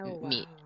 meet